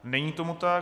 Není tomu tak.